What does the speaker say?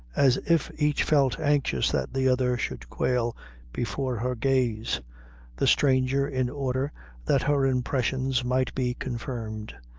as if each felt anxious that the other should quail before her gaze the stranger, in order that her impressions might be confirmed,